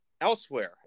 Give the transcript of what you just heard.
Elsewhere